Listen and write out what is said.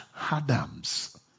Adams